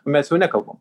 mes jau nekalbam